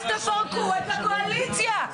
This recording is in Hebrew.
אז תפרקו את הקואליציה.